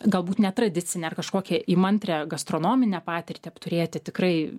galbūt netradicinę ar kažkokią įmantrią gastronominę patirtį apturėti tikrai